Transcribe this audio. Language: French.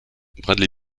bradley